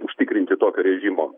užtikrinti tokio režimo